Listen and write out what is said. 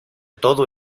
todo